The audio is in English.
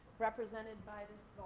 represented by